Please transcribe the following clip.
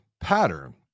pattern